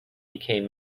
became